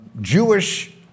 Jewish